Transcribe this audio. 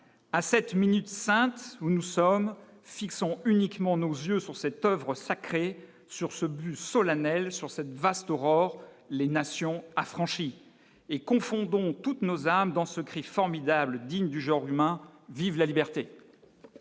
à 7 minutes sainte, nous nous sommes fixons uniquement nos yeux sur cette oeuvre sacrée sur ce bus solennel sur cette vaste Aurore les nations et confondons toutes nos armes dans ce cri formidable digne du genre humain, vive la liberté.